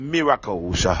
Miracles